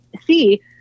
see